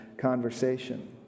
conversation